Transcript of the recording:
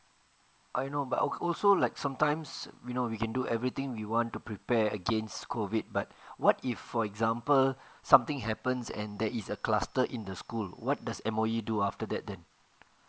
I know but I would also like sometimes we know we can do everything we want to prepare against COVID but what if for example something happens and there is a cluster in the school what does M_O_E do after that then